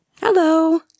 Hello